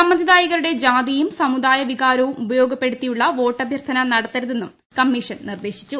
സമ്മതിദായകരുടെ ജാതിയും സമുദായ വികാരവും ഉപയോഗപ്പെ ടുത്തിയുള്ള വോട്ടഭ്യർത്ഥന നടത്തരുതെന്നും കമ്മീഷൻ നിർദേശിച്ചു